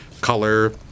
color